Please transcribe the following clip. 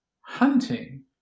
hunting